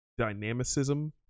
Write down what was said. dynamicism